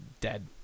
dead